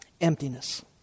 emptiness